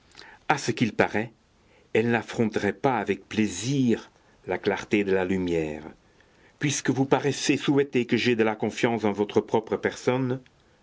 a ce qu'il paraît elle n'affronterait pas avec plaisir la clarté de la lumière puisque vous paraissez souhaiter que j'aie de la confiance en votre propre personne